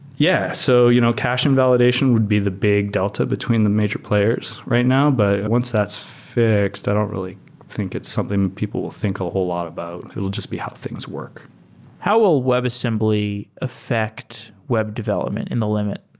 yeah. so you know cache invalidation would be the big delta between the major players right now. but once that's fixed, i don't really think it's something people will think a whole lot about. it'll just be how things work how will webassembly effect web development in the limit?